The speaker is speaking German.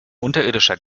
unterirdischer